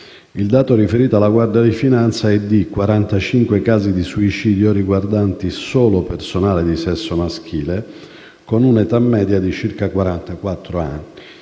Il dato riferito alla Guardia di finanza è di 45 casi di suicidio riguardanti solo personale di sesso maschile, con un'età media di circa